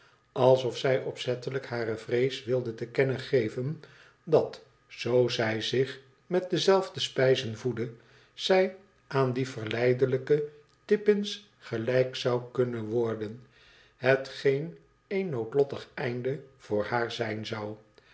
alsof zij opzettelijk hare vrees wilde te kennen geven dat zoo zij zich met dezelfde spijzen voedde zij aan die verleidelijke tippins gdijk zou kunnen worden hetgeen een noodlottig einde voor haar zijn sou